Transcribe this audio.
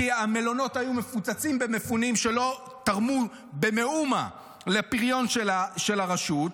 כי המלונות היו מפוצצים במפונים שלא תרמו במאומה לפריון של הרשות,